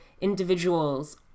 individuals